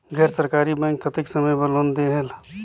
गैर सरकारी बैंक कतेक समय बर लोन देहेल?